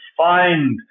find